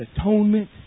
atonement